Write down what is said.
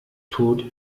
tot